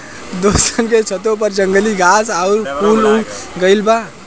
दोस्तन के छतों पर जंगली घास आउर फूल उग गइल बा